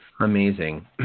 Amazing